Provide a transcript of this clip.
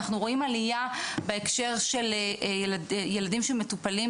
אנחנו רואים עלייה בהקשר של ילדים שמטופלים,